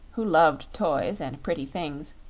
who loved toys and pretty things.